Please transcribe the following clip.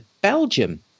belgium